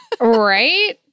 right